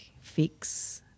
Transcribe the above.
fix